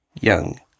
young